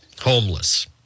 homeless